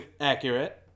accurate